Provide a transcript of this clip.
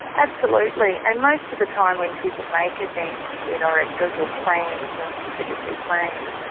absolutely, and most of the time when people make advance care directives or plans, more specifically plans,